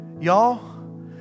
Y'all